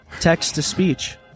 text-to-speech